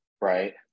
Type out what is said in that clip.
right